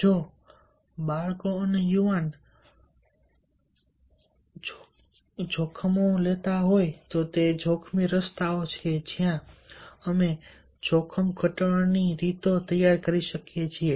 જો બાળકો અને પુખ્ત વયના લોકો માટે જોખમો હોય તો પણ કેટલાક રસ્તાઓ છે જ્યાં અમે જોખમ ઘટાડવાની રીતો તૈયાર કરી શકીએ છીએ